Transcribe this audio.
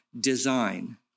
design